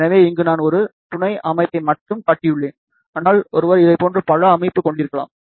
எனவே இங்கே நான் ஒரே ஒரு துணை அமைப்பை மட்டுமே காட்டியுள்ளேன் ஆனால் ஒருவர் இதைப் போன்ற பல அமைப்பு கொண்டிருக்கலாம்